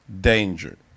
danger